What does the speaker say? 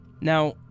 Now